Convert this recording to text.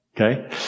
Okay